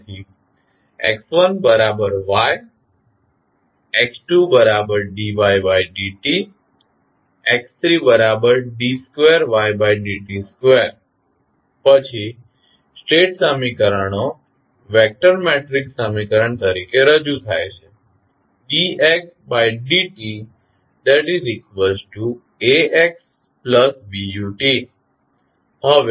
તેથી x1ty x2tdydt x3td2ydt2 પછી state સમીકરણો વેક્ટર મેટ્રિક્સ સમીકરણ તરીકે રજૂ થાય છે dxdtAxtBu હવે A નું મૂલ્ય શું છે